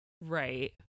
right